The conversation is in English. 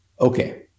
Okay